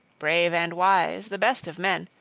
brave and wise, the best of men,